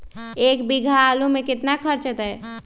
एक बीघा आलू में केतना खर्चा अतै?